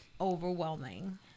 Overwhelming